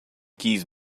keys